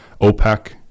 OPEC